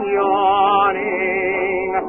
yawning